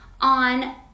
on